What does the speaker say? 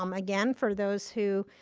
um again, for those who